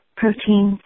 protein